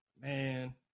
Man